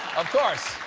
of course,